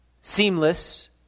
seamless